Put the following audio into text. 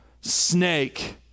snake